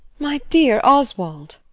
my dear oswald